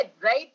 right